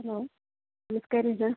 hello നമസ്കാരം ഇത്